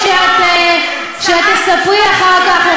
תתביישי לך.